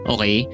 Okay